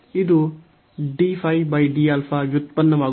ಇದು dϕ dα ವ್ಯುತ್ಪನ್ನವಾಗುತ್ತದೆ